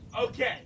Okay